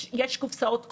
יש קופסאות קורונה,